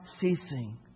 ceasing